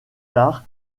tard